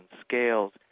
scales